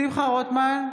שמחה רוטמן,